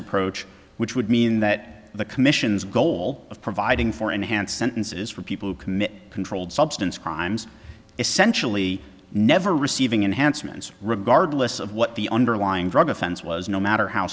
approach which would mean that the commission's goal of providing for enhanced sentences for people who commit controlled substance crimes essentially never receiving unhandsome and so regardless of what the underlying drug offense was no matter how